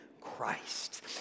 Christ